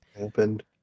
Opened